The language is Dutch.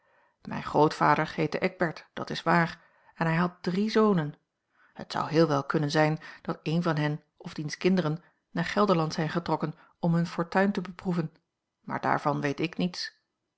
mijn grootvader heette eckbert dat is waar en hij had drie zonen het zou heel wel kunnen zijn dat een van hen of diens kinderen naar gelderland zijn getrokken om hun fortuin te beproeven maar daarvan weet ik niets